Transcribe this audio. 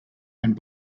and